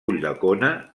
ulldecona